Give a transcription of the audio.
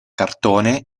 cartone